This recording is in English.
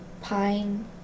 pine